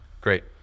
Great